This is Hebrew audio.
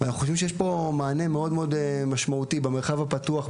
ואנחנו חושבים שיש פה מענה מאוד מאוד משמעותי במרחב הפתוח,